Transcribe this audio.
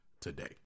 today